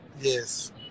yes